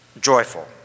joyful